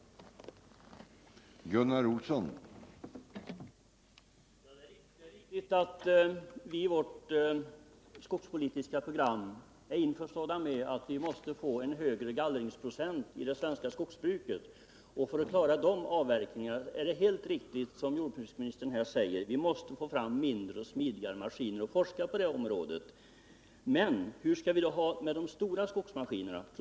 Om uttalande mot stora skogsmaskiner Om uttalande angdende förbud mot stora Skogsmaskiner